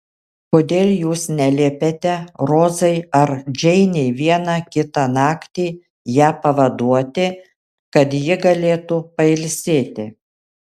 kodėl jūs neliepiate rozai ar džeinei vieną kitą naktį ją pavaduoti kad ji galėtų pailsėti